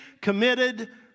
committed